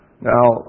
Now